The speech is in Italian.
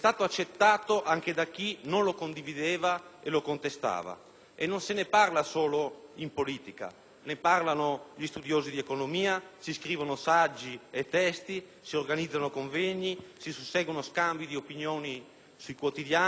E non se ne parla solo in politica: ne parlano gli studiosi di economia, si scrivono saggi e testi, si organizzano convegni, si susseguono scambi di opinione sui quotidiani, se ne parla sui posti di lavoro e nei luoghi di ritrovo.